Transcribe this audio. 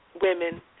women